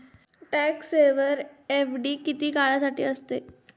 Tax saver FD किती काळासाठी असते?